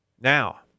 Now